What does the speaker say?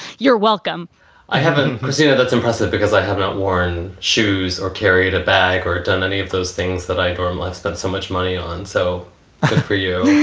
you're welcome i haven't seen it. that's impressive because i haven't worn shoes or carried a bag or done any of those things that i thought um laughs. that's so much money on. so good for you.